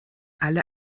alle